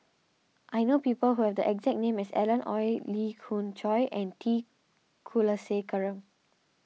I know people who have the exact name as Alan Oei Lee Khoon Choy and T Kulasekaram